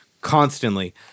constantly